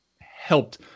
helped